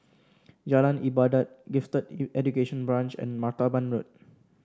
Jalan Ibadat Gifted Education Branch and Martaban Road